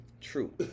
True